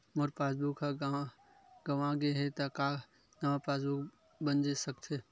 मोर passbook ह गंवा गे हे त का नवा पास बुक बन सकथे?